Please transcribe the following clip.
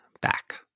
back